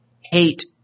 hate